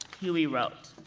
huie wrote,